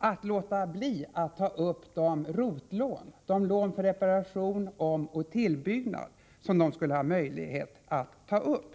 är att låta bli att ta upp de ROT-lån — lån för reparation, omoch tillbyggnad — som de skulle ha möjlighet att ta upp.